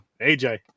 AJ